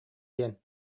диэн